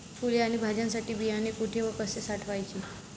फुले आणि भाज्यांसाठी बियाणे कुठे व कसे साठवायचे?